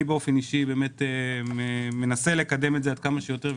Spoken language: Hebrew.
אני באופן אישי מנסה לקדם את זה כמה שיותר,